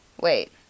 Wait